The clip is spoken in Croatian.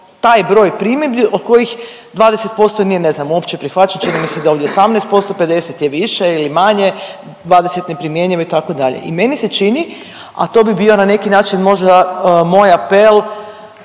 taj broj primjedbi od kojih 20% nije ne znam nije uopće prihvaćeno čini mi se da je ovdje 18%, 50 je više ili manje, 20 neprimjenjivo itd. I meni se čini, a to bi bio na neki način možda moj apel,